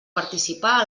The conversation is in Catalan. participar